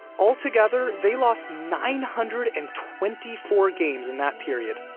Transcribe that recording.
altogether, they lost nine hundred and twenty four games in that period,